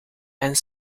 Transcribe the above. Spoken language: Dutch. een